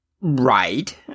Right